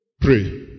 pray